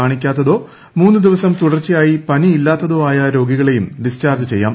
കാണിക്കാത്തോ മൂന്ന് ദിവസം തൂട്ട്ർച്ചയ്ായി പനിയില്ലാത്തതോ ആയ രോഗികളെയും ഡിസ്ചാർജ്ജ് പ്പെയ്യാം